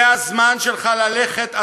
זה הזמן שלך ללכת,